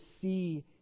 see